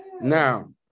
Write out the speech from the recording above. Now